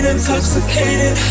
Intoxicated